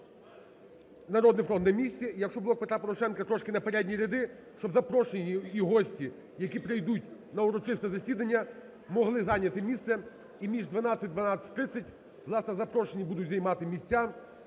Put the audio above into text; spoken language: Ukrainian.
"Народний фронт" на місці. Якщо "Блок Петра Порошенка" трошки на передні ряди. Щоб запрошені і гості, які прийдуть на урочисте засідання, могли зайняти місце. І між 12-12.30 власне запрошені будуть займати місця.